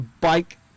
bike